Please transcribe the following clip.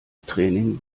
training